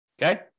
Okay